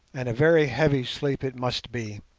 and a very heavy sleep it must be.